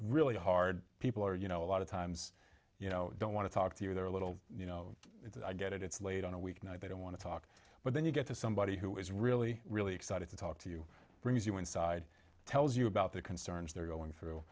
really hard people are you know a lot of times you know don't want to talk to you they're a little you know i get it it's late on a weeknight they don't want to talk but then you get to somebody who is really really excited to talk to you brings you inside tells you about their concerns they're going through